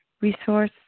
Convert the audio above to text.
resource